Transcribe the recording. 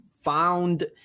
found